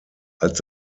als